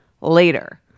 later